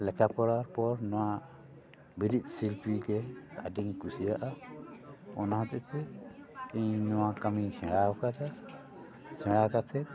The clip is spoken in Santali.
ᱞᱮᱠᱷᱟ ᱯᱚᱲᱟ ᱯᱚᱨ ᱱᱚᱣᱟ ᱵᱤᱨᱤᱫ ᱥᱤᱞᱯᱤ ᱜᱮ ᱟᱹᱰᱤᱧ ᱠᱩᱥᱤᱭᱟᱜᱼᱟ ᱚᱱᱟ ᱦᱚᱛᱮ ᱛᱮ ᱤᱧ ᱱᱚᱣᱟ ᱠᱟᱹᱢᱤᱧ ᱥᱮᱲᱟ ᱟᱠᱟᱫᱟ ᱥᱮᱲᱟ ᱠᱟᱛᱮ